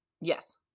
Yes